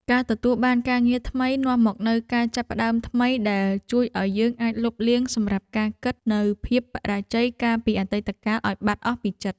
ការទទួលបានការងារថ្មីនាំមកនូវការចាប់ផ្ដើមថ្មីដែលជួយឱ្យយើងអាចលុបលាងសម្រាប់ការគិតនូវភាពបរាជ័យកាលពីអតីតកាលឱ្យបាត់អស់ពីចិត្ត។